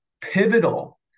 pivotal